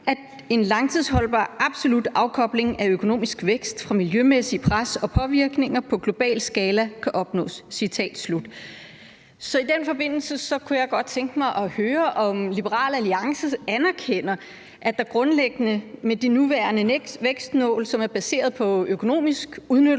at en langtidsholdbar, absolut afkobling af økonomisk vækst fra miljømæssige pres og påvirkninger på global skala kan opnås.« Så i den forbindelse kunne jeg godt tænke mig at høre, om Liberal Alliance anerkender, at der grundlæggende med de nuværende vækstmål, som er baseret på økonomisk udnyttelse